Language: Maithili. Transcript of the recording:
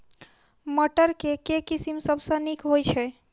मटर केँ के किसिम सबसँ नीक होइ छै?